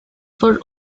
for